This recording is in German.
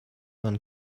man